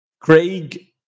Craig